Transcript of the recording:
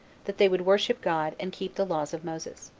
that they would worship god, and keep the laws of moses.